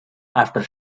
after